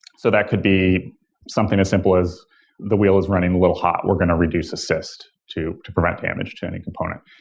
so that could be something as simple as the wheel is running a little hot. we're going to reduce assist to to prevent damage to any component,